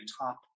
top